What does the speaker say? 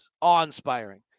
awe-inspiring